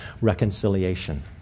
reconciliation